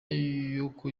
y’uko